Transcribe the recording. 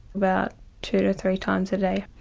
about two to three times a day.